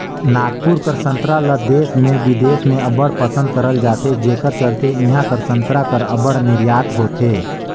नागपुर कर संतरा ल देस में बिदेस में अब्बड़ पसंद करल जाथे जेकर चलते इहां कर संतरा कर अब्बड़ निरयात होथे